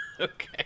Okay